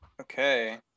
Okay